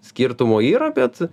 skirtumo yra bet